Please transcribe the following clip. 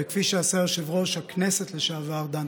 וכפי שעשה יושב-ראש הכנסת לשעבר דן תיכון,